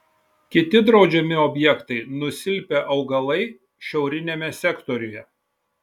kiti draudžiami objektai nusilpę augalai šiauriniame sektoriuje